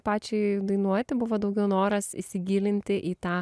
pačiai dainuoti buvo daugiau noras įsigilinti į tą